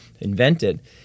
invented